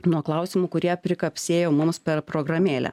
nuo klausimų kurie prikapsėjo mums per programėlę